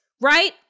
right